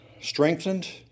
Strengthened